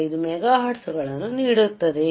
125 megahertz ಗಳನ್ನು ನೀಡುತ್ತದೆ